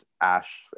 ash